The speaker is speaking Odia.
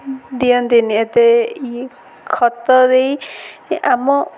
ଦିଅନ୍ତିନି ଏତେ ଇଏ ଖତ ଦେଇ ଆମ